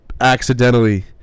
accidentally